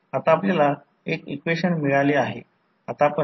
आणि जेव्हा या R L आणि X L चे या बाजूने रूपांतर होईल तेव्हा ते R L K 2 असेल